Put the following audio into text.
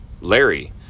larry